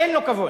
אין לו כבוד.